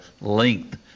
length